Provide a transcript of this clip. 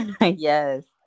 yes